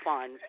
fun